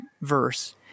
verse